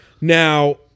Now